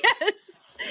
Yes